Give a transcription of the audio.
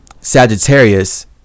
Sagittarius